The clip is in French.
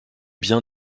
bien